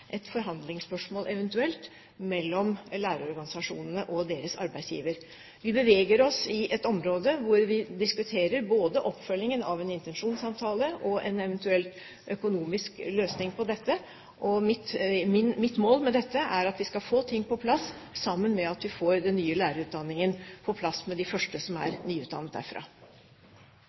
eventuelt forhandlingsspørsmål mellom lærerorganisasjonene og deres arbeidsgivere. Vi beveger oss i et område hvor vi diskuterer både oppfølgingen av en intensjonsavtale og en eventuell økonomisk løsning på dette. Mitt mål er at vi får dette på plass samtidig med de første nyutdannede fra den nye lærerutdanningen.